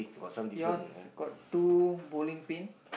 yours got two bowling pin